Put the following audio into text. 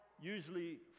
usually